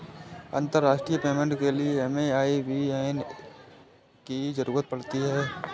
अंतर्राष्ट्रीय पेमेंट के लिए हमें आई.बी.ए.एन की ज़रूरत पड़ती है